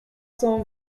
cent